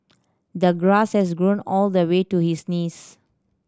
the grass has grown all the way to his knees